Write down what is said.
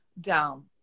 down